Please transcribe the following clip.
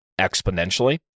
exponentially